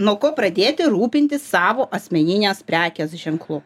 nuo ko pradėti rūpintis savo asmeninės prekės ženklu